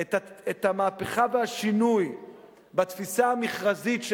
את המהפכה והשינוי בתפיסה המכרזית של